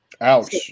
Ouch